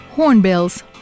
Hornbills